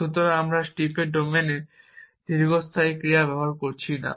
সুতরাং আমরা স্ট্রিপ ডোমেনে দীর্ঘস্থায়ী ক্রিয়া ব্যবহার করছি না